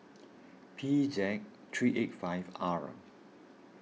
P Z three eight five R